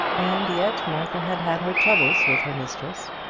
and yet martha had had her troubles with her mistress